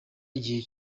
igihe